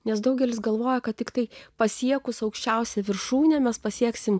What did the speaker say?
nes daugelis galvoja kad tiktai pasiekus aukščiausią viršūnę mes pasieksime